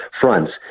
fronts